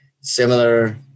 Similar